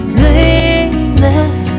blameless